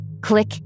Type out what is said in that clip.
click